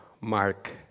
Mark